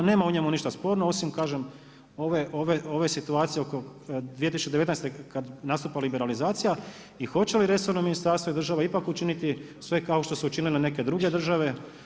Nema u njemu ništa sporno, osim kažem ove situacije oko 2019. kad nastupa liberalizacija i hoće li resorno ministarstvo i država učiniti sve što su učinile i neke druge države.